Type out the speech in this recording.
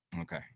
okay